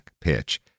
pitch